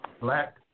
black